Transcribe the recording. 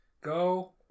Go